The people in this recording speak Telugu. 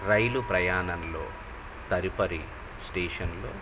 రైలు ప్రయాణంలో తదుపరి స్టేషన్లో